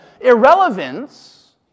irrelevance